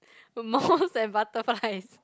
moths and butterflies